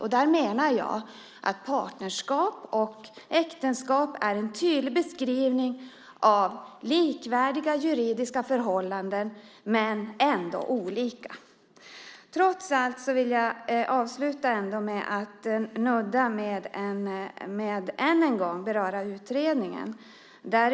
Jag menar att partnerskap och äktenskap är en tydlig beskrivning av likvärdiga juridiska förhållanden, men de är ändå olika. Jag vill avsluta med att än en gång beröra utredningen.